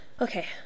Okay